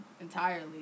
entirely